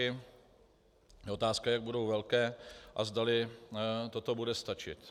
Je otázka, jak budou velké a zdali toto bude stačit.